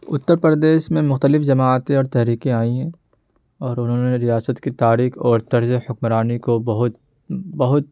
اتر پردیش میں مختلف جماعتیں اور تحریکیں آئی ہیں اور انہوں نے ریاست کی تاریخ اور طرز حکمرانی کو بہت بہت